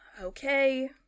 okay